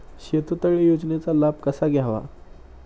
शेततळे योजनेचा लाभ कसा घ्यावा?